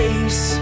Face